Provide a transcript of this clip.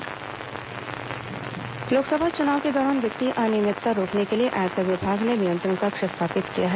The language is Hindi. आयकर नियंत्रण कक्ष लोकसभा चुनाव के दौरान वित्तीय अनियमितता रोकने के लिए आयकर विभाग ने नियंत्रण कक्ष स्थापित किया है